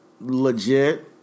legit